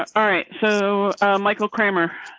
all right, so michael cramer.